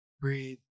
breathe